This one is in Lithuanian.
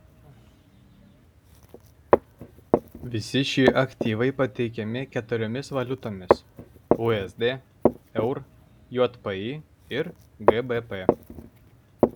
visi šie aktyvai pateikiami keturiomis valiutomis usd eur jpy ir gbp